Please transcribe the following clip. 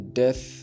death